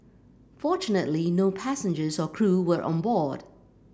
fortunately no passengers or crew were on board